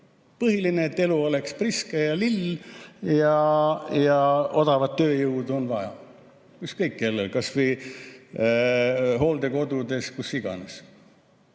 Põhiline, et elu oleks priske ja lill ja odavat tööjõudu on vaja, ükskõik kellel, kas või hooldekodudes või kus iganes.